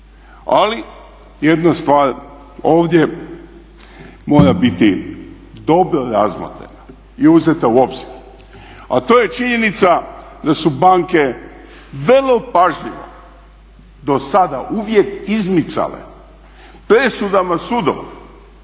Ali jedna stvar ovdje mora biti dobro razmotrena i uzeta u obzir a to je činjenica da su banke vrlo pažljivo dosada uvijek izmicale presudama sudova,